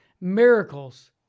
miracles